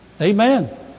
Amen